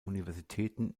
universitäten